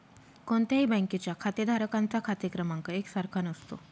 कोणत्याही बँकेच्या खातेधारकांचा खाते क्रमांक एक सारखा नसतो